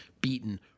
beaten